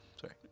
Sorry